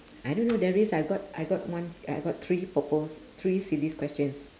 I don't know there is I've got I got one I got three purple three silly questions